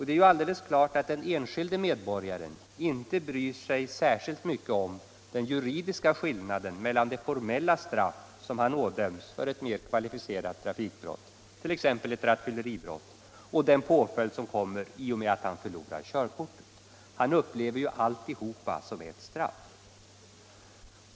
Det är alldeles klart att den enskilde medborgaren inte bryr sig särskilt mycket om den juridiska skillnaden mellan det formella straff han ådöms för ett mer kvalificerat trafikbrott, t.ex. ett rattfylleribrott, och den påföljd som kommer i och med att han förlorar körkortet. Han upplever ju alltihop som ett straff.